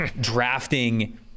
drafting